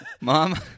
Mom